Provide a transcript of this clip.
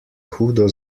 hudo